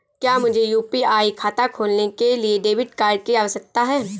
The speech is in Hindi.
क्या मुझे यू.पी.आई खाता खोलने के लिए डेबिट कार्ड की आवश्यकता है?